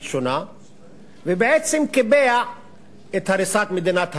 שונה ובעצם קיבע את הריסת מדינת הרווחה.